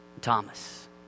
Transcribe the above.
Thomas